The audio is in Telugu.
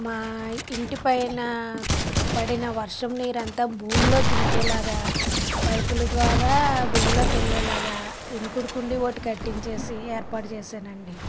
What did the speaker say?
మా ఇంటి పైన పడిన వర్షం నీళ్ళు అంతా భూమిలోకి ఇంకేలాగా పైపులు ద్వారా భూమిలోకి వెళ్ళేలాగా ఇంకుడు కుండి ఒకటి కట్టించేసి ఏర్పాటు చేశాను అండి